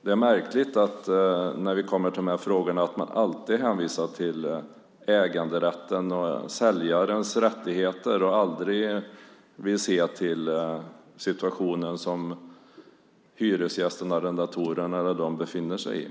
Det är märkligt när vi kommer till dessa frågor att ni alltid hänvisar till äganderätten och säljarens rättigheter och aldrig vill se till situationen som hyresgästen eller arrendatorn befinner sig i.